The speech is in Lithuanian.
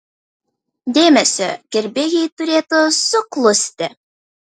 dėmesio gerbėjai turėtų suklusti